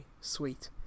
sweet